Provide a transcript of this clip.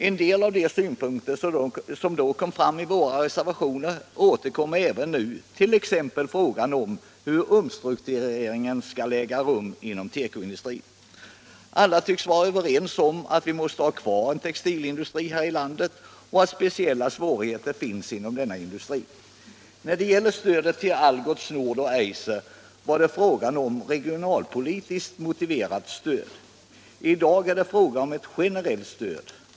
En del av de synpunkter som då kom fram i våra reservationer återkommer nu, t.ex. frågan om hur omstruktureringen skall äga rum inom tekoindustrin. Alla tycks vara ense om att vi måste ha kvar en textilindustri här i landet och om att speciella svårigheter finns inom denna industri. är det fråga om ett generellt stöd.